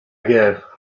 guerre